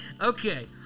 Okay